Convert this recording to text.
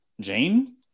Jane